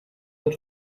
you